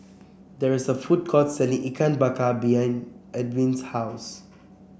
there is a food court selling Ikan Bakar behind Edw's house